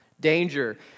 Danger